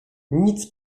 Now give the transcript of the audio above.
nic